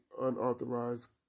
unauthorized